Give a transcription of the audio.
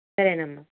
సరేనమ్మా